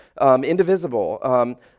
indivisible